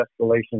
escalation